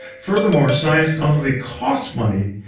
furthermore, science not only costs money,